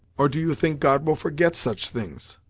or do you think god will forget such things?